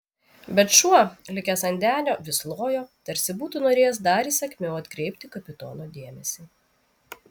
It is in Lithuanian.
bet šuo likęs ant denio vis lojo tarsi būtų norėjęs dar įsakmiau atkreipti kapitono dėmesį